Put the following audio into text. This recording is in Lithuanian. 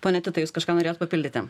pone titai jūs kažką norėjot papildyti